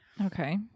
Okay